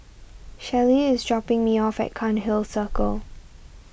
Shelly is dropping me off at Cairnhill Circle